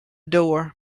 door